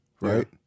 right